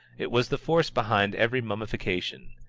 it was the force behind every mummification.